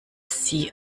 sie